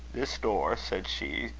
this door, said she,